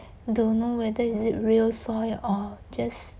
don't know whether is it real soil or just